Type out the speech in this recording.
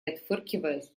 отфыркиваясь